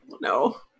No